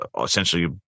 essentially